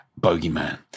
bogeyman